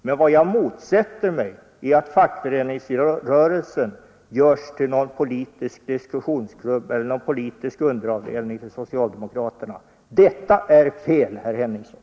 Men vad jag motsätter mig är att fackföreningsrörelsen görs till politisk diskussionsklubb eller någon sorts politisk underavdelning till socialdemokraterna. Detta är fel, herr Henningsson!